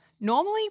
normally